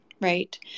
right